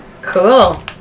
Cool